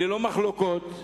ללא מחלוקות.